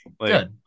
good